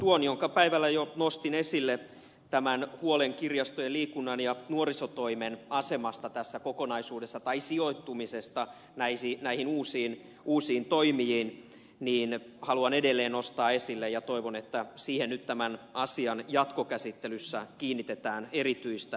tuon jonka päivällä jo nostin esille huolen kirjastojen liikunnan ja nuorisotoimen asemasta tässä kokonaisuudessa tai sijoittumisesta näihin uusiin toimiin haluan edelleen nostaa esille ja toivon että siihen nyt tämän asian jatkokäsittelyssä kiinnitetään erityistä huomiota